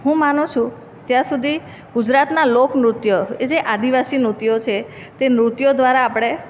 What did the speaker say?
હું માનું છું ત્યાં સુધી ગુજરાતનાં લોક નૃત્ય એ જે આદિવાસી નૃત્યો છે તે નૃત્યો દ્વારા આપણે